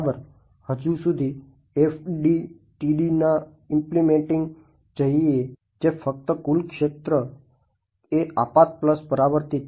હજુ સુધી FDTDના ઈમ્પલીમેંટીંગ જઈએ જે ફક્ત કુલ કક્ષેત્ર એ આપાત પરાવર્તિત છે